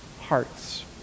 hearts